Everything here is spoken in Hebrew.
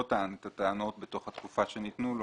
טען את הטענות בתוך התקופה שניתנה לו,